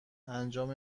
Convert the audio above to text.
انجام